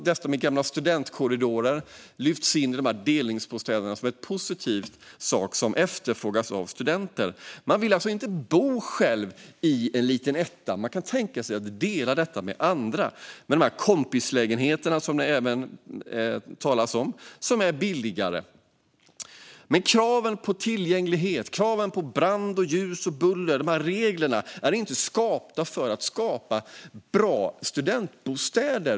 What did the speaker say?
De gamla studentkorridorerna lyfts in bland delningsbostäder som något positivt som efterfrågas av studenter. Man vill alltså inte bo ensam i en liten etta. Man kan tänka sig att dela med andra i de här kompislägenheterna, som de också kallas, som är billigare. Men kraven på tillgänglighet och brandskydd och reglerna om ljus och buller är inte skapta för att skapa bra studentbostäder.